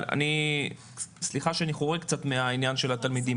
סליחה שאני חורג מעניין התלמידים,